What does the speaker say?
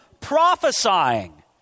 prophesying